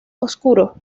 oscuro